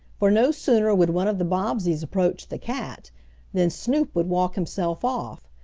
for no sooner would one of the bobbseys approach the cat than snoop would walk himself off.